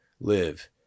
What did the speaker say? live